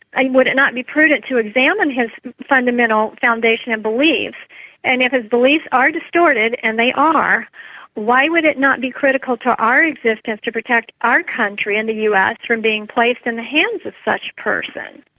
ah would it not be prudent to examine his fundamental foundation and beliefs and if his beliefs are distorted and they are why would it not be critical to our existence to protect our country and the us from being placed in the hands of such a person?